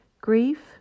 grief